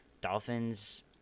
Dolphins